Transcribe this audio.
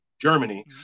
germany